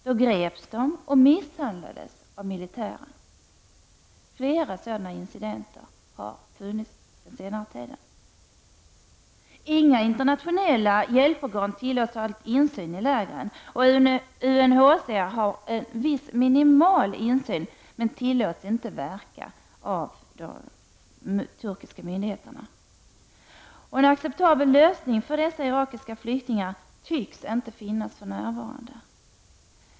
De greps och misshandlades av militären. Flera sådana incidenter har inträffat. Inga internationella hjälporgan tillåts ha insyn i lägren. UNHCR har en viss minimal insyn, men tillåts inte verka för de turkiska myndigheterna. En acceptabel lösning för dessa irakiska flyktingar tycks inte finnas för närvarande.